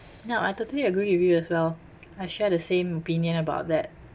yup I totally agree with you as well I share the same opinion about that